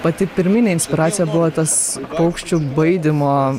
pati pirminė inspiracija buvo tas paukščių baidymo